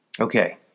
Okay